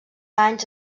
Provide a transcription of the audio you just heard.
anys